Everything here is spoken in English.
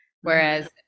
Whereas